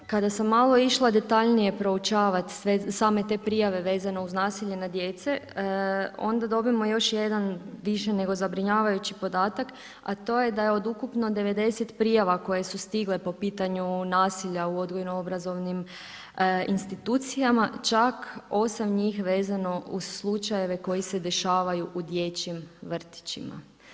Kada sam malo išla detaljnije proučavat same te prijave vezane uz nasilje nad djece, onda dobijemo još jedan više nego zabrinjavajući podatak, a to je da je od ukupno 90 prijava koje su stigle po pitanju nasilja u odgojno-obrazovnim institucijama čak 8 njih vezano uz slučajeve koji se dešavaju u dječjim vrtićima.